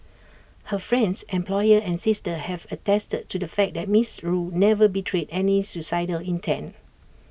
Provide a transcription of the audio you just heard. her friends employer and sister have attested to the fact that miss rue never betrayed any suicidal intent